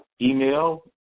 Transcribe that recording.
Email